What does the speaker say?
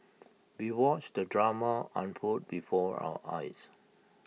we watched the drama unfold before our eyes